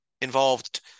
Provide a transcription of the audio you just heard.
involved